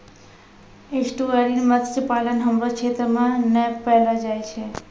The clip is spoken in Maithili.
एस्टुअरिन मत्स्य पालन हमरो क्षेत्र मे नै पैलो जाय छै